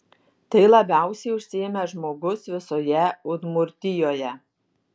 tai labiausiai užsiėmęs žmogus visoje udmurtijoje